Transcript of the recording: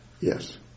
Yes